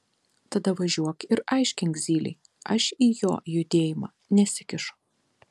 tada važiuok ir aiškink zylei aš į jo judėjimą nesikišu